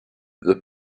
the